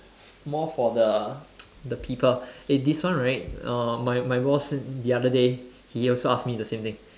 more for the the people eh this one right uh my my boss the other day he also ask me the same thing